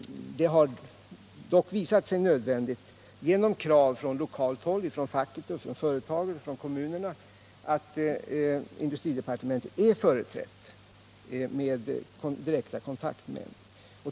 Det har dock visat sig nödvändigt, genom krav från lokalt håll, facket, företagen och kommunerna, att industridepartementet är företrätt med direkta kontaktmän.